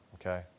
Okay